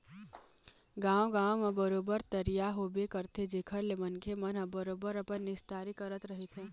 गाँव गाँव म बरोबर तरिया होबे करथे जेखर ले मनखे मन ह बरोबर अपन निस्तारी करत रहिथे